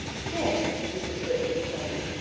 dick! mrs. britton exclaimed,